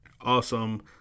awesome